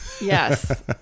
yes